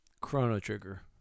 chrono-trigger